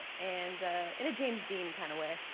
and in a james dean kind of way.